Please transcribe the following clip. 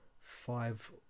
five